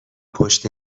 پشت